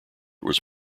was